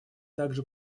также